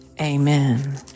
Amen